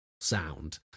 sound